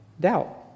Doubt